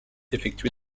effectués